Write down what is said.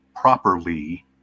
properly